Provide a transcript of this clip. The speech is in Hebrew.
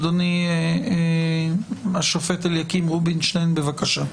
אדוני השופט אליקים רובינשטיין, בבקשה.